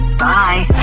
bye